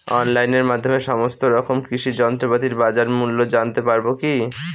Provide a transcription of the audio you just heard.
অনলাইনের মাধ্যমে সমস্ত রকম কৃষি যন্ত্রপাতির বাজার মূল্য জানতে পারবো কি?